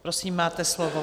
Prosím, máte slovo.